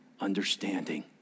understanding